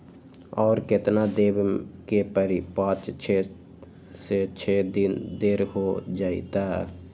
और केतना देब के परी पाँच से छे दिन देर हो जाई त?